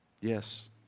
Yes